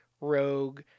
rogue